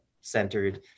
centered